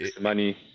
Money